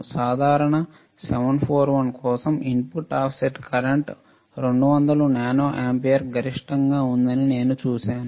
సాధారణ 741 కోసం input offset current 200 nano ampere గరిష్టంగా ఉందని నేను చూశాను